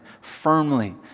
firmly